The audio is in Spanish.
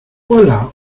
hola